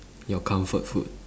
your comfort food